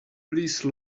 please